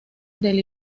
del